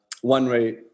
one-way